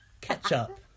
Ketchup